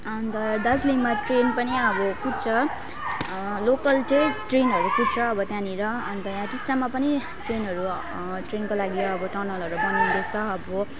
अन्त दार्जिलिङमा ट्रेन पनि अब कुद्छ लोकल ट्रे ट्रेनहरू कुद्छ अब त्यहाँनिर अन्त यहाँ टिस्टामा पनि ट्रेनहरू ट्रेनको लागि अब टनलहरू बनिँदैछ अब